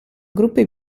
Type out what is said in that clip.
gruppi